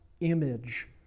image